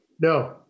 No